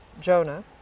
Jonah